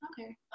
Okay